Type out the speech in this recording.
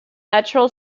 natural